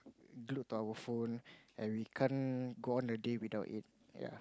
glued to our phone and we can't go on a day without it ya